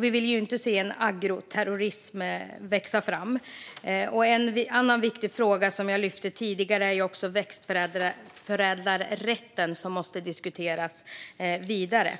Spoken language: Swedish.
Vi vill ju inte se en agroterrorism växa fram. En annan viktig fråga som jag lyfte fram tidigare är växtförädlarrätten, som måste diskuteras vidare.